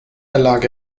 erlag